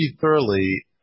thoroughly